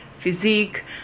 physique